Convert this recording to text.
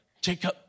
Jacob